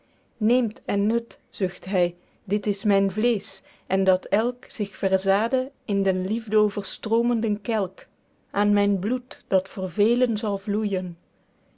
neemt en nut zucht hy dit is myn vleesch en dat elk zich verzade in den liefdoverstroomenden kelk aen myn bloed dat voor velen zal vloeijen